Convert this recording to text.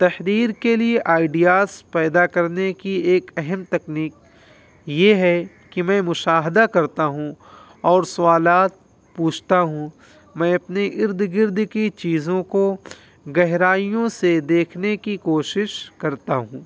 تحریر کے لیے آئیڈیاز پیدا کرنے کی ایک اہم تکنیک یہ ہے کہ میں مشاہدہ کرتا ہوں اور سوالات پوچھتا ہوں میں اپنے ارد گرد کی چیزوں کو گہرائیوں سے دیکھنے کی کوشش کرتا ہوں